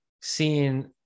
seeing